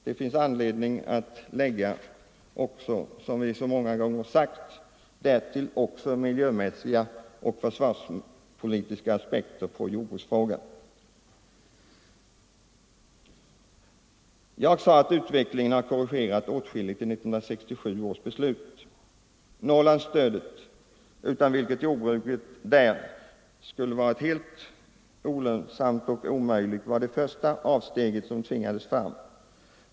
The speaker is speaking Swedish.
Det finns anledning att därtill lägga —- som vi så många gånger har sagt — också miljömässiga och försvarspolitiska aspekter på jordbruksfrågan. Jag sade att utvecklingen har korrigerat åtskilligt i 1967 års beslut. Norrlandsstödet, utan vilket jordbruket där skulle ha varit helt olönsamt och omöjligt, var det första avsteget som tvingades fram.